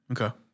Okay